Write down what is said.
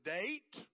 date